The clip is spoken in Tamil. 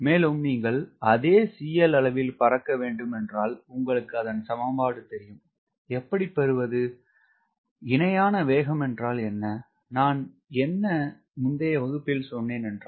மேலும் நீங்கள் அதே CL அளவில் பறக்க வேண்டுமென்றால் உங்களுக்கு அதன் சமன்பாடு தெரியும் எப்படி பெறுவது இணையான வேகம் என்றால் என்ன நான் என்ன முந்தைய வகுப்பில் சொன்னேன் என்றால்